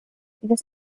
the